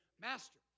Master